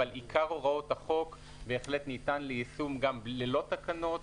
אבל עיקר הוראות החוק בהחלט ניתן ליישום גם ללא תקנות.